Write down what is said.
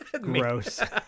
gross